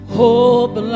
hope